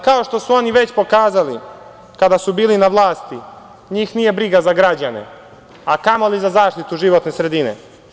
Kao što su oni već pokazali, kada su bili na vlasti, njih nije briga za građane, a kamo li za zaštitu životne sredine.